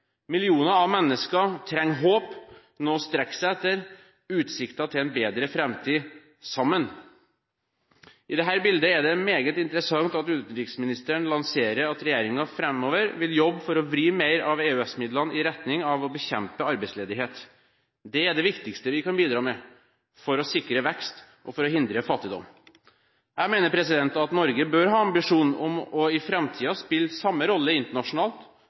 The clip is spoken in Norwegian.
Millioner av mennesker trenger håp, noe å strekke seg etter og utsikter til en bedre framtid sammen. I dette bildet er det meget interessant at utenriksministeren lanserer at regjeringen framover vil jobbe for å vri mer av EØS-midlene i retning av å bekjempe arbeidsledighet. Det er det viktigste vi kan bidra med for å sikre vekst og for å hindre fattigdom. Jeg mener at Norge bør ha ambisjoner om i framtiden å spille samme rolle internasjonalt